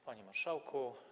Panie Marszałku!